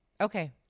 okay